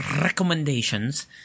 recommendations